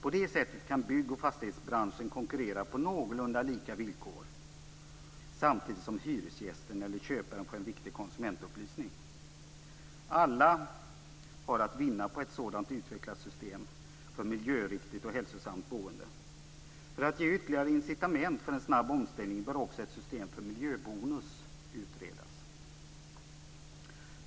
På det sättet kan bygg och fastighetsbranschen konkurrera på någorlunda lika villkor samtidigt som hyresgästen eller köparen får en viktig konsumentupplysning. Alla har att vinna på ett sådant utvecklat system för miljöriktigt och hälsosamt boende. För att ge ytterligare incitament till en snabb omställning bör också ett system för s.k. miljöbonus utredas.